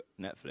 Netflix